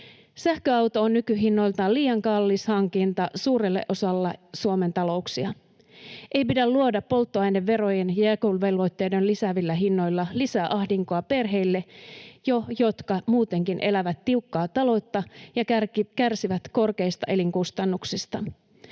Sähköauto on nykyhinnoiltaan liian kallis hankinta suurelle osalle Suomen talouksia. Ei pidä luoda polttoaineverojen ja jakeluvelvoitteiden lisäämillä hinnoilla lisää ahdinkoa perheille, jotka jo muutenkin elävät tiukkaa taloutta ja kärsivät korkeista elinkustannuksista.